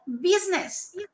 business